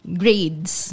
grades